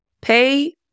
pay